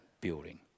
building